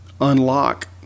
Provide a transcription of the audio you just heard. unlock